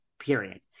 period